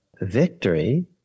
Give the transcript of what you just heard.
victory